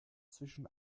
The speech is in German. zwischen